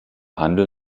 handel